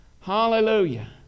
hallelujah